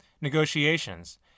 negotiations